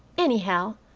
anyhow,